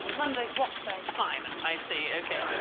monday's wash day. fine, i see, okay.